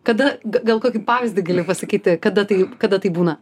kada gal kokį pavyzdį gali pasakyti kada tai kada tai būna